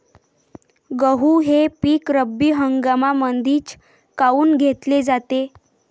गहू हे पिक रब्बी हंगामामंदीच काऊन घेतले जाते?